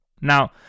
Now